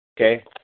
Okay